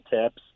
tips